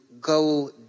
go